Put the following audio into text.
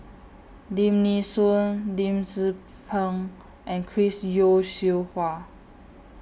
Lim Nee Soon Lim Tze Peng and Chris Yeo Siew Hua